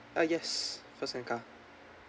ah yes first in car